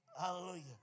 Hallelujah